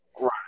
Right